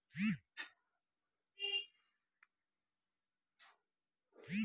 पोखैरमे कतेक तरहके माछ छौ रे?